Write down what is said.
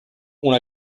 una